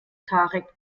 tarek